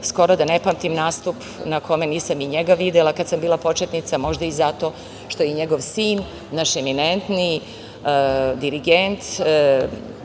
Skoro da ne pamtim nastup na kome nisam i njega videla, kada sam bila početnica. Možda i zato što je i njegov sin naš eminentni dirigent,